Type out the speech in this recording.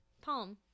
Palm